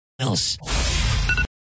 else